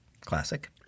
Classic